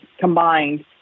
combined